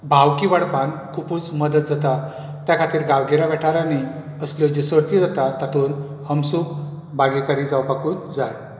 भावकी वाडपांत खुबूच मदत जाता त्या खातीर गांवगिऱ्या वाठारांनी असल्यो ज्यो सर्ती जाता तातूंत हमसूक भागीकारी जावपाकूच जाय